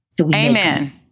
Amen